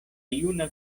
juna